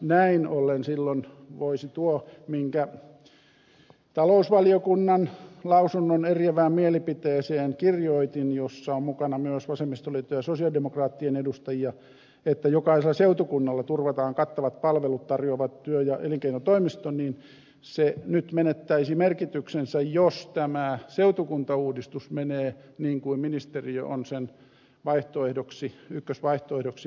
näin ollen silloin tuo minkä kirjoitin talousvaliokunnan lausunnon eriävään mielipiteeseen jossa on mukana myös vasemmistoliiton ja sosialidemokraattien edustajia että jokaiselle seutukunnalle turvataan kattavat palvelut tarjoava työ ja elinkeinotoimisto menettäisi merkityksensä jos tämä seutukuntauudistus menee niin kuin ministeriö on sen ykkösvaihtoehdoksi merkinnyt